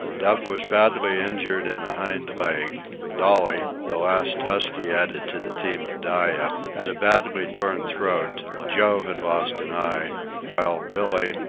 dub was badly injured in a hind leg dolly, the last husky added to the team at dyea, had a badly torn throat joe had lost an eye while billee,